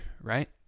right